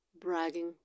bragging